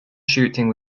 shooting